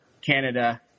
Canada